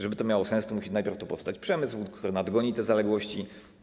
Żeby to miało sens, to musi najpierw tu powstać przemysł, który nadgoni te zaległości.